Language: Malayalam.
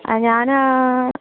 ആ ഞാന്